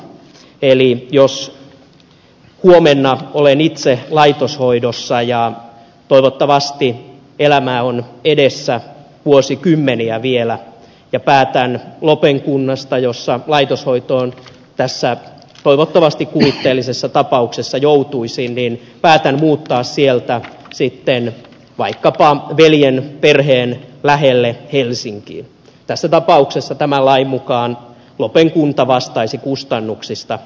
eli jos huomenna olen itse laitoshoidossa ja jos toivottavasti elämää on edessä vuosikymmeniä vielä ja päätän muuttaa lopen kunnasta jossa laitoshoitoon tässä toivottavasti kuvitteellisessa tapauksessa joutuisi niin päättänyt muuttaa sieltä sitten vaikka joutuisin vaikkapa veljen perheen lähelle helsinkiin tässä tapauksessa tämän lain mukaan lopen kunta vastaisi kustannuksista